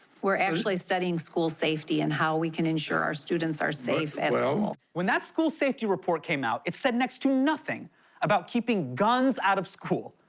we're actually studying school safety and how we can ensure our students are safe at school. when that school safety report came out, it said next to nothing about keeping guns out of school.